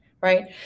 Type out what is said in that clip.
right